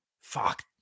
Fuck